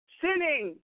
sinning